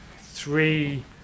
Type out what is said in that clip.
three